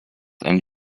ant